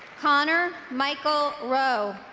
connor michael rowe